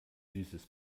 süßes